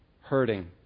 hurting